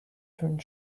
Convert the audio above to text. turned